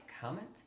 comment